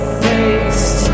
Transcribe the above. face